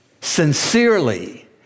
sincerely